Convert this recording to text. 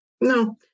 No